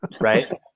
right